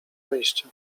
wyjścia